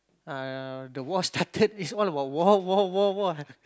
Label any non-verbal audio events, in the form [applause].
ah the war started it's all about war war war war [laughs]